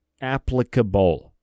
applicable